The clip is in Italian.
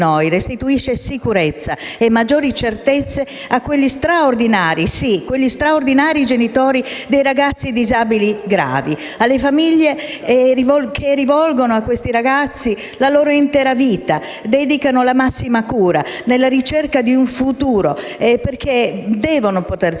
noi" restituisce sicurezza e maggiori certezze a quegli straordinari, sì, quegli straordinari genitori dei ragazzi disabili gravi; alle famiglie che rivolgono a questi ragazzi la loro intera vita, dedicandogli la massima cura nella ricerca di un futuro, perché devono poter trovare